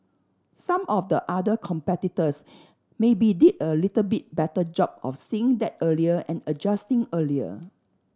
some of the other competitors maybe did a little bit better job of seeing that earlier and adjusting earlier